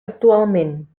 actualment